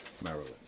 Maryland